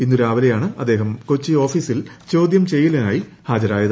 ഇന്ന് രാവിലെയാണ് അയ്യപ്പൻ കൊച്ചി ഓഫീസിൽ ചോദ്യം ചെയ്യലിനായി ഹാജരായത്